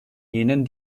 jenen